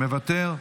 מוותר,